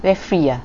very free ah